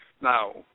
Now